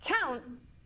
counts